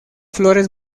flores